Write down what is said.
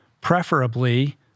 preferably